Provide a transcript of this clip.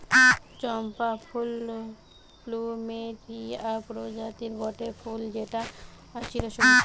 চম্পা ফুল প্লুমেরিয়া প্রজাতির গটে ফুল যেটা চিরসবুজ